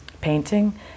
painting